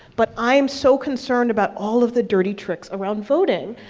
but i am so concerned about all of the dirty tricks around voting.